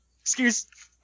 excuse